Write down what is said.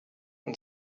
and